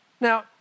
Now